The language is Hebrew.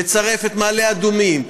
לצרף את מעלה אדומים,